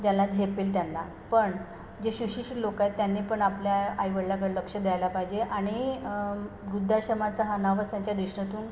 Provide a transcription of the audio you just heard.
ज्याला झेपेल त्यांना पण जे सुशिक्षित लोक आहेत त्यांनी पण आपल्या आईवडिलांकडं लक्ष द्यायला पाहिजे आणि वृद्धाश्रमाचा हा नावच त्यांच्या डिक्शनरितून